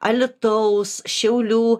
alytaus šiaulių